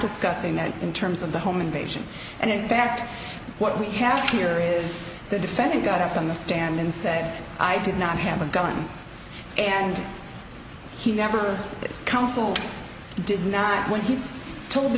discussing that in terms of the home invasion and in fact what we have here is the defendant got up on the stand in said i do not have a gun and he never did counsel did not when he's told the